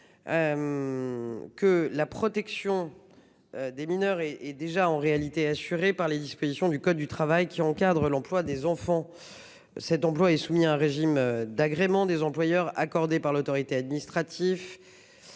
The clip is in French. que la protection des mineurs est déjà assurée par les dispositions du code du travail qui encadrent l'emploi des enfants. Cet emploi est soumis à un régime d'agrément des employeurs, accordé par l'autorité administrative.